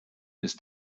ist